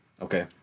Okay